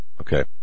Okay